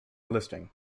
listing